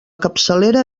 capçalera